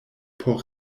por